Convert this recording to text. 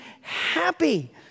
happy